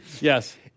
Yes